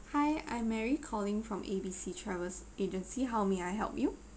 hi I'm mary calling from A_B_C travelers agency how may I help you